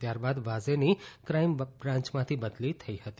ત્યારબાદ વાઝેની ક્રાઈમ બ્રાંચમાંથી બદલી થઈ હતી